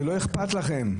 זה לא אכפת לכם.